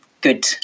good